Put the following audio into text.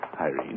Irene